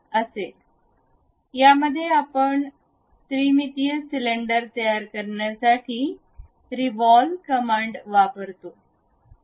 यामध्ये आम्ही त्रिमितीय सिलेंडर तयार करण्यासाठी रिव्हॉल्व कमांड वापरतो